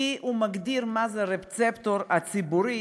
כי הוא מגדיר מה זה הרצפטור הציבורי,